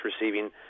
receiving